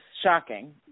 shocking